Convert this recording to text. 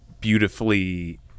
beautifully